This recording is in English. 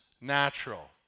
natural